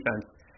defense